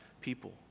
people